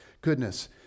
goodness